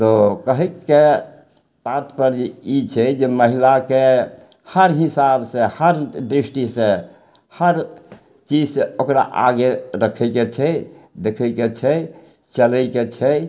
तऽ कहयके तात्पर्य ई छै जे महिलाके हर हिसाबसँ हर दृष्टिसं हर चीजसँ ओकरा आगे रखयके छै देखयके छै चलयके छै